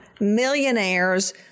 millionaires